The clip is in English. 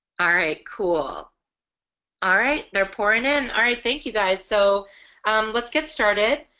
all right cool all right they're pouring in. all right thank you guys. so let's get started.